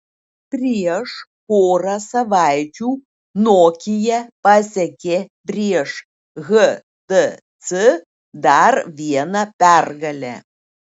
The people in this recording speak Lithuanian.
prieš porą savaičių nokia pasiekė prieš htc dar vieną pergalę